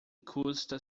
custa